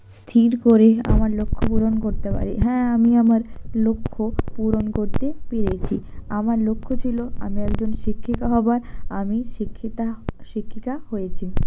স্থির করে আমার লক্ষ্য পূরণ করতে পারি হ্যাঁ আমি আমার লক্ষ্য পূরণ করতে পেরেছি আমার লক্ষ্য ছিল আমি একজন শিক্ষিকা হব আর আমি শিক্ষিতা শিক্ষিকা হয়েছি